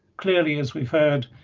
clearly, as we've heard,